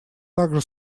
также